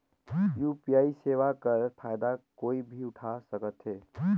UPI सेवा कर फायदा कोई भी उठा सकथे?